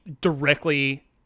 directly